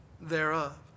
thereof